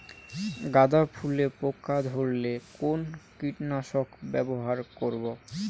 গাদা ফুলে পোকা ধরলে কোন কীটনাশক ব্যবহার করব?